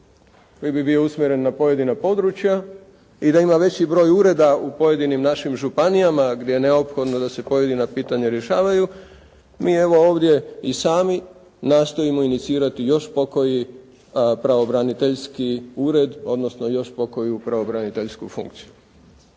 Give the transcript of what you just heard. koji bi bio usmjeren na pojedina područja i da ima veći broj ureda u pojedinim našim županijama gdje je neophodno da se pojedina pitanja rješavaju, mi evo ovdje i sami nastojimo inicirati još pokoji pravobraniteljski ured, odnosno još pokoju pravobraniteljsku funkciju.